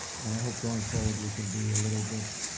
and i hope going forward we can be a little bit